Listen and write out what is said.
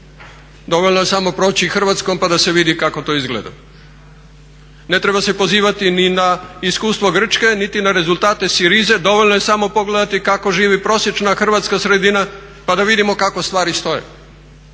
Dovoljno je samo proći Hrvatskom pa da se vidi kako to izgleda. Ne treba se pozivati ni na iskustvo Grčke ni na rezultate Syrize dovoljno je samo pogledati kako živi prosječna hrvatska sredina pa da vidimo kako stvari stoje.